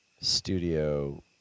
studio